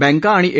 बँका आणि ए